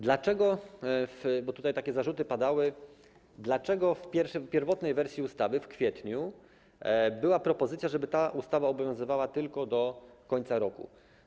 Dlaczego - bo tutaj takie zarzuty padały - w pierwotnej wersji ustawy w kwietniu była propozycja, żeby ta ustawa obowiązywała tylko do końca roku?